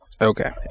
Okay